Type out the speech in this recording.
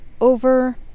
over